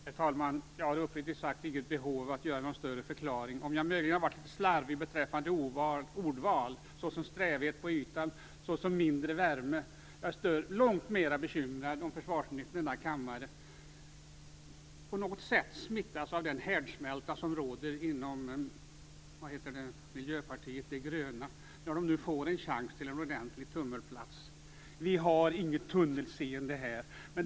Herr talman! Jag har uppriktigt sagt inget behov av att komma med någon större förklaring. Jag kan möjligen ha varit litet slarvig beträffande ordval såsom "strävhet på ytan" och "mindre värme", men jag är långt mer bekymrad om försvarsministern i denna kammare på något sätt smittas av den härdsmälta som råder inom Miljöpartiet de gröna när det nu fått en chans till en ordentlig tummelplats. Vi har inget tunnelseende här.